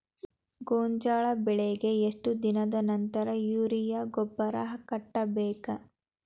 ಗೋಂಜಾಳ ಬೆಳೆಗೆ ಎಷ್ಟ್ ದಿನದ ನಂತರ ಯೂರಿಯಾ ಗೊಬ್ಬರ ಕಟ್ಟಬೇಕ?